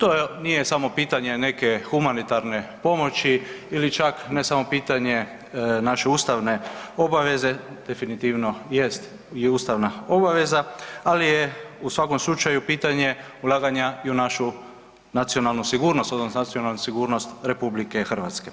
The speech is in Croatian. To nije samo pitanje neke humanitarne pomoći ili čak ne samo pitanje naše ustavne obaveze, definitivno jest i ustavna obaveza ali je u svakom slučaju pitanja ulaganja u našu nacionalnu sigurnost odnosno nacionalnu sigurnost RH.